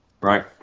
right